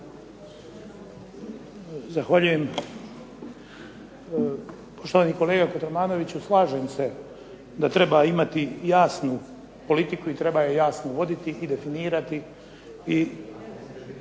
Zahvaljujem. Poštovani kolega Kotromanoviću, slažem se da treba imati jasnu politiku i treba je jasno voditi i definirati,